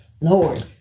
Lord